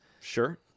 sure